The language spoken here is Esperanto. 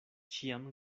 ĉiam